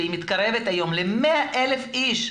שמספרם מתקרב היום ל-100,000 אנשים,